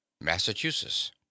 Massachusetts